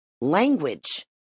Language